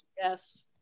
Yes